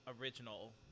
original